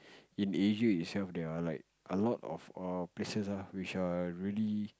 in Asia itself there are like a lot of all places ah which are really